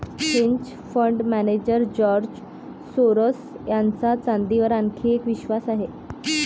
hedge fund manager George Soros यांचा चांदीवर आणखी एक विश्वास आहे